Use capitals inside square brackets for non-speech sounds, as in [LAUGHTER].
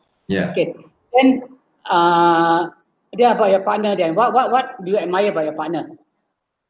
[NOISE] okay when uh then about your partner then what what what do you admire about your partner